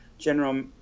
General